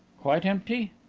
quite empty?